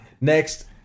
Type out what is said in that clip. Next